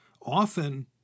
often